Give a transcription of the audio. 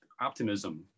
optimism